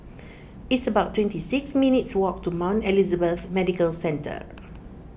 it's about twenty six minutes' walk to Mount Elizabeth Medical Centre